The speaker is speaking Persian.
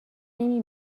نمی